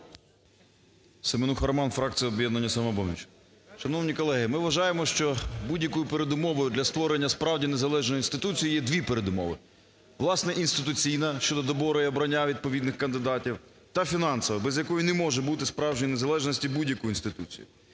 Семенуха Роман, фракція "Об'єднання "Самопоміч". Шановні колеги, ми вважаємо, що будь-якою передумовою для створення, справді, незалежної інституції є дві передумови: власне, інституційна щодо добору і обрання відповідних кандидатів та фінансова, без якої не може бути справжньої незалежності будь-якої інституції.